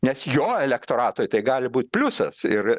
nes jo elektoratui tai gali būt pliusas ir